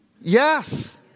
Yes